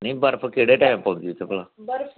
नेईं बर्फ केहडे़ टाइम उपर पैंदी उत्थै भला बर्फ उत्थै